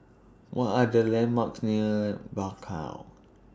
What Are The landmarks near Bakau